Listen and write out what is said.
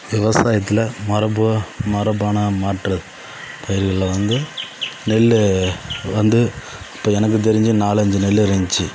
விவசாயத்தில் மரபு மரபணு மாற்று பயிர்களில் வந்து நெல் வந்து இப்ப எனக்கு தெரிஞ்சு நாலஞ்சி நெல் இருந்துச்சு